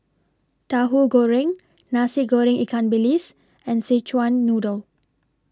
Tahu Goreng Nasi Goreng Ikan Bilis and Szechuan Noodle